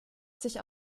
sich